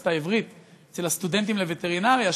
באוניברסיטה העברית אצל הסטודנטים לווטרינריה.